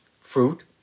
fruit